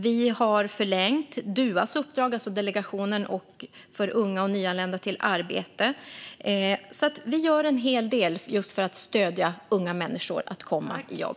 Vi har förlängt Duas uppdrag, alltså Delegationen för unga och nyanlända till arbete. Vi gör alltså en hel del just för att stödja unga människor att komma i jobb.